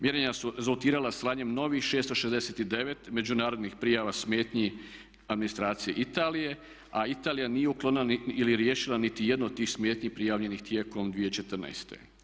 Mjerenja su rezultirala slanjem novih 669 međunarodnih prijava smetnji administracije Italije a Italija nije uklonila ili riješila niti jednu od tih smetnji prijavljenih tijelom 2014.